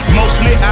mostly